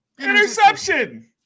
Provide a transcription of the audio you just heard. interception